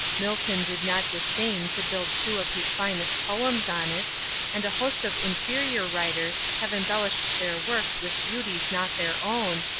milton did not disdain to build two of his finest poems on it and a host of inferior writers have embellished their works with beauties not their own,